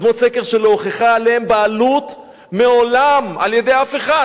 אדמות שלא הוכחה עליהן מעולם בעלות על-ידי אף אחד,